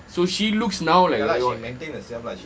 so she looks now like your